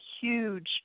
huge